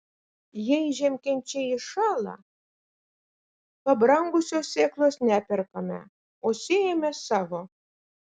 jei žiemkenčiai iššąla pabrangusios sėklos neperkame o sėjame savo